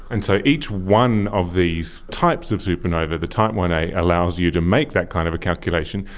and so each one of these types of supernova, the type one a, allows you to make that kind of a calculation,